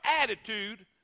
attitude